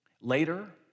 Later